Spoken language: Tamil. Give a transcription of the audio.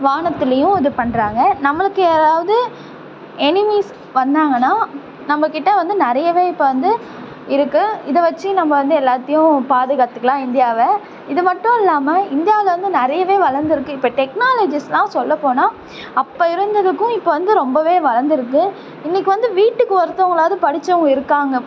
வானத்துலேயும் இது பண்ணுறாங்க நம்மளுக்கு யாராவது எனிமிஸ் வந்தாங்கன்னால் நம்மக் கிட்டே வந்து நிறையவே இப்போ வந்து இருக்குது இதை வச்சு நம்ம வந்து எல்லாத்தையும் பாதுகாத்துக்கலாம் இந்தியாவை இது மட்டும் இல்லாமல் இந்தியாவில் வந்து நிறையவே வளர்ந்து இருக்குது இப்போ டெக்னாலஜிஸெலாம் சொல்ல போனால் அப்போ இருந்ததுக்கும் இப்போ வந்து ரொம்பவே வளர்ந்துருக்கு இன்றைக்கு வந்து வீட்டுக்கு ஒருத்தவங்களாவது படித்தவங்க இருக்காங்க